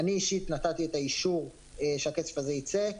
אני, אישית, נתתי את האישור שהכסף הזה ייצא.